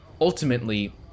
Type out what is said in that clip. ultimately